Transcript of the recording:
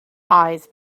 eyes